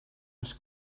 els